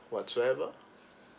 whatsoever